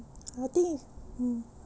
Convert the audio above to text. I think if mm